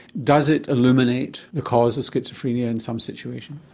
does it illuminate the cause of schizophrenia in some situations?